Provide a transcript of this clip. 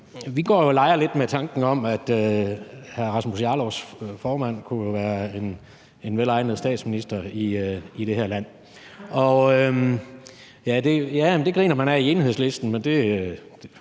Vi går jo og leger lidt med tanken om, at hr. Rasmus Jarlovs formand kunne være en velegnet statsminister i det her land. Ja, det griner man ad i Enhedslisten, men så